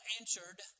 answered